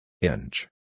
Inch